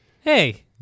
hey